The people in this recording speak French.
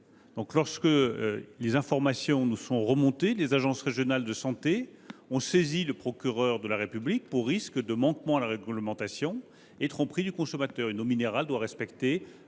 Lorsque les informations nous ont été relayées, les agences régionales de santé ont saisi le procureur de la République pour risque de manquement à la réglementation et tromperie du consommateur. Une eau minérale doit respecter